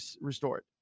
restored